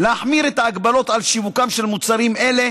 להחמיר את ההגבלות על שיווקם של מוצרים אלה